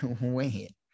wait